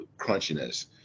crunchiness